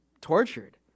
tortured